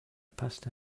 passed